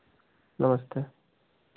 नमस्ते